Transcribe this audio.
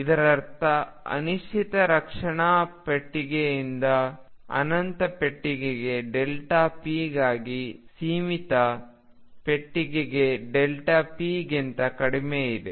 ಇದರರ್ಥ ಅನಿಶ್ಚಿತ ರಕ್ಷಣಾ ಪೆಟ್ಟಿಗೆಯಿಂದ ಅನಂತ ಪೆಟ್ಟಿಗೆಗೆ p ಗಾಗಿ ಸೀಮಿತ ಪೆಟ್ಟಿಗೆ p ಗಿಂತ ಕಡಿಮೆಯಿದೆ